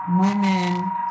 women